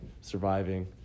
surviving